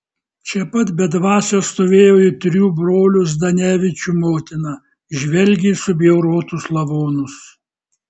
čia pat be dvasios stovėjo ir trijų brolių zdanevičių motina žvelgė į subjaurotus lavonus